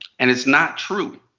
and it's not true.